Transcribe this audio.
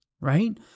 right